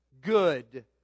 good